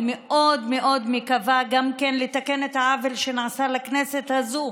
אני מאוד מאוד מקווה לתקן גם את העוול שנעשה לכנסת הזאת,